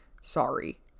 sorry